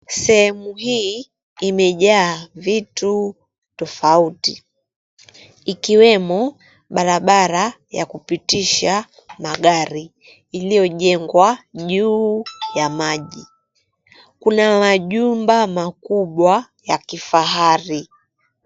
Sehemu hii imejaa vitu tofauti ikiwemo barabara ya kupitisha magari iliyojengwa juu ya maji, kuna majumba makubwa ya kifahari.